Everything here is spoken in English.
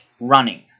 running